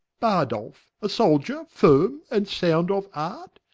bardolph, a souldier firme and sound of heart,